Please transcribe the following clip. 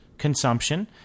Consumption